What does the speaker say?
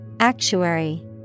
Actuary